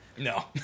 No